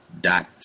dot